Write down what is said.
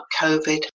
COVID